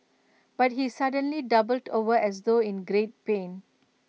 but he suddenly doubled over as though in great pain